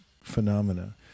phenomena